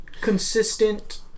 consistent